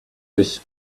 this